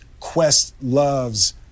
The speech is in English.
Questlove's